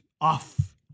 off